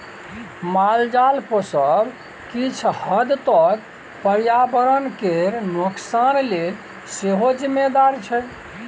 मालजाल पोसब किछ हद तक पर्यावरण केर नोकसान लेल सेहो जिम्मेदार छै